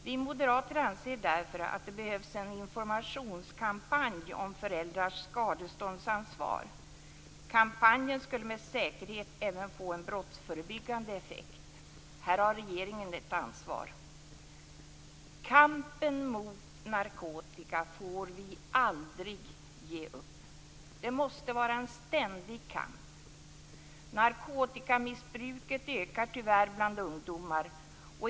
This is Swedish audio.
Vi moderater anser därför att det behövs en informationskampanj om föräldrars skadeståndsansvar. Kampanjen skulle med säkerhet även få en brottsförebyggande effekt. Här har regeringen ett ansvar. Kampen mot narkotika får vi aldrig ge upp. Det måste vara en ständig kamp. Narkotikamissbruket ökar tyvärr bland ungdomar.